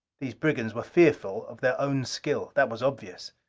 these brigands were fearful of their own skill. that was obvious.